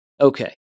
Okay